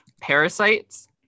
parasites